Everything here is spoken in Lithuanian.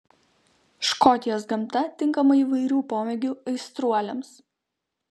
škotijos gamta tinkama įvairių pomėgių aistruoliams